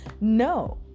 no